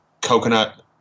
coconut –